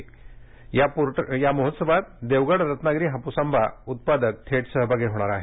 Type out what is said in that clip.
या ऑनलाईन महोत्सवात देवगड रत्नागिरी आणि हापूस आंबा उत्पादक थेट सहभागी होणार आहेत